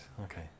okay